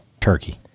turkey